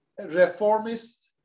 reformist